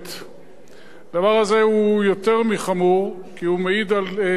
כי הוא מעיד על תרבות שתביא אותנו למקומות